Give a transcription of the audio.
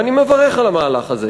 ואני מברך על המהלך הזה,